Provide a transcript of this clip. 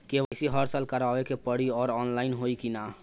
KYC हर साल करवावे के पड़ी और ऑनलाइन होई की ना?